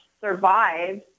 survive